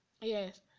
Yes